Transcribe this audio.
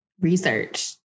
Research